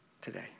today